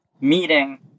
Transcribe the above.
meeting